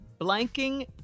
blanking